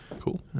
Cool